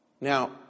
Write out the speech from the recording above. Now